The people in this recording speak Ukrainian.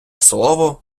слово